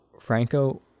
franco